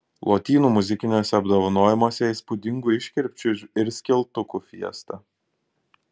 lotynų muzikiniuose apdovanojimuose įspūdingų iškirpčių ir skeltukų fiesta